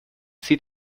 sie